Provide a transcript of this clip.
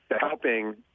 helping